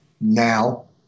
now